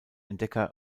entdecker